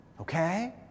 okay